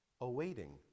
awaiting